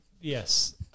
Yes